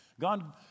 God